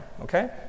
Okay